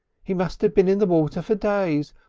he must have been in the but water for days.